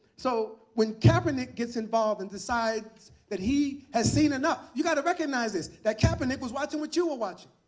so when kaepernick gets involved and decides that he has seen enough, you've got to recognize this that kaepernick was watching what you were watching.